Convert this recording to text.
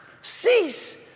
cease